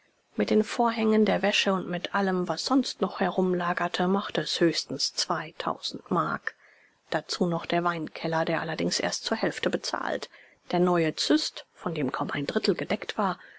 mit den vorhängen der wäsche und mit allem was sonst noch herumlagerte machte es höchstens zweitausend mark dazu noch der weinkeller der allerdings erst zur hälfte bezahlt der neue züst von dem kaum ein drittel gedeckt war